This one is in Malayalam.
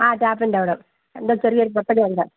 ആ ടാപ്പിൻ്റ അവിടെ എന്തോ ചെറിയൊരു പൊട്ടലും ഉണ്ട്